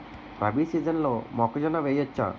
రబీ సీజన్లో మొక్కజొన్న వెయ్యచ్చా?